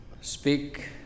speak